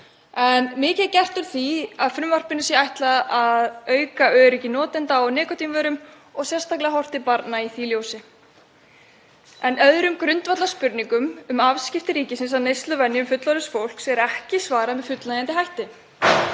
Mikið er gert úr því að frumvarpinu sé ætlað að auka öryggi notenda á nikótínvörum og sérstaklega horft til barna í því ljósi en öðrum grundvallarspurningum um afskipti ríkisins af neysluvenjum fullorðins fólks er ekki svarað með fullnægjandi hætti.